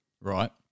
right